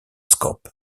scope